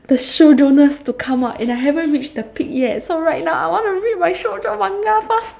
the shoujoness to come out and I haven't reach the peak yet so right now I wanna read my shoujo manga first